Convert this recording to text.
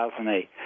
2008